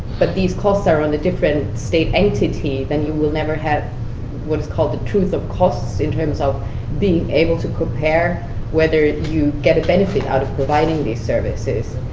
but these costs are on a different state entity, then you will never have what is called the truth of costs in terms of being able to compare whether you get a benefit out of providing these services.